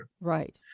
Right